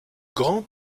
grant